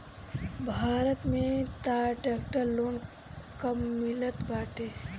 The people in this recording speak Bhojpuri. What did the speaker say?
भारत में तअ ट्रैवलर लोन कम मिलत बाटे